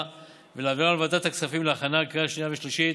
ולהעבירן לוועדת הכספים להכנה לקריאה שנייה ושלישית.